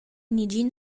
negin